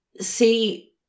see